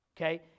okay